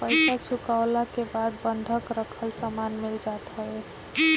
पईसा चुकवला के बाद बंधक रखल सामान मिल जात हवे